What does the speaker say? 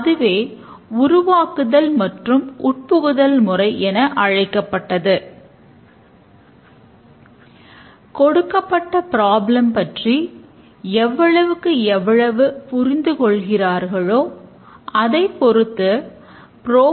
நாம் இதை தொடங்குவதற்கு முன்பு செயல்பாடுகளின் மாதிரி ஏன் தேவை என்பதை அறிந்து கொள்வது நன்மை பயக்கும்